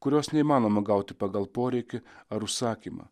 kurios neįmanoma gauti pagal poreikį ar užsakymą